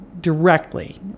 directly